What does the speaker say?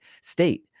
state